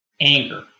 Anger